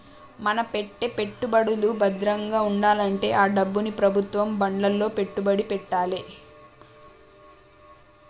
మన పెట్టే పెట్టుబడులు భద్రంగా వుండాలంటే ఆ డబ్బుని ప్రభుత్వం బాండ్లలో పెట్టుబడి పెట్టాలే